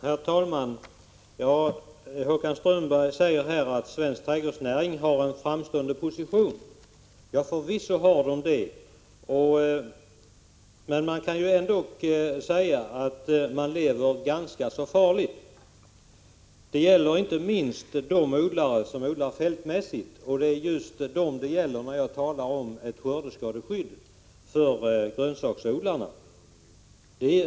Herr talman! Håkan Strömberg säger att svensk trädgårdsnäring är framstående, och förvisso är den det, men man kan ändå hävda att den lever ganska farligt. Det gäller inte minst de odlare som bedriver fältmässig odling, och det är dem som jag talar om när det gäller behovet av ett skördeskadeskydd för grönsaksodlarna.